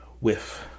whiff